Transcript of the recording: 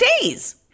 days